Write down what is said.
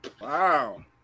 Wow